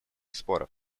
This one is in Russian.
споров